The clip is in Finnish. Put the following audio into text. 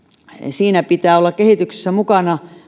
pitää olla kehityksessä mukana niin